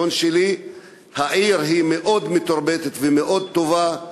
העיר מאוד מתורבתת ומאוד טובה.